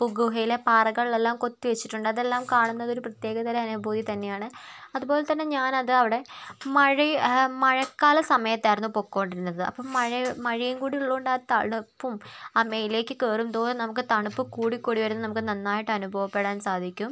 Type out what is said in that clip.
പു ഗുഹയിലെ പാറകളെല്ലാം കൊത്തി വെച്ചിട്ടുണ്ട് അതെല്ലാം കാണുന്നത് ഒരു പ്രത്യേകതരം അനുഭൂതി തന്നെയാണ് അതുപോലെ തന്നെ ഞാൻ അത് അവിടെ മഴയ് മഴക്കാലസമയത്ത് ആയിരുന്നു പൊയിക്കോണ്ടിരുന്നത് അപ്പം മഴ മഴയുംകൂടി ഉള്ളതുകൊണ്ട് ആ തണുപ്പും ആ മേലേക്ക് കയറും തോറും നമുക്ക് തണുപ്പ് കൂടി കൂടി വരുന്ന നമുക്ക് നന്നായിട്ട് അനുഭവപ്പെടാൻ സാധിക്കും